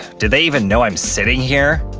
do they even know i'm sitting here?